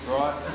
right